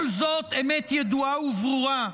כל זאת אמת ידועה וברורה,